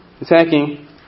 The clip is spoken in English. attacking